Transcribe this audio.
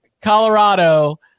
Colorado